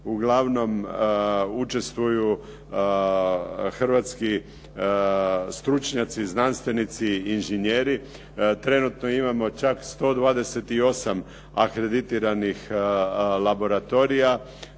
uglavnom učestvuju hrvatski stručnjaci, znanstvenici, inženjeri. Trenutno imamo čak 128 akreditiranih laboratorija